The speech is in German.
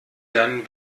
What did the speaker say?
dann